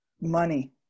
money